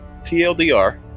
TLDR